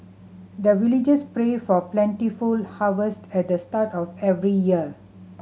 the villagers pray for plentiful harvest at the start of every year